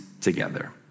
together